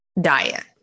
diet